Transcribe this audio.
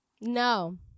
No